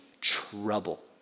trouble